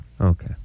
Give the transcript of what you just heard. Okay